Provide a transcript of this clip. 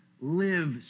live